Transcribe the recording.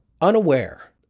unaware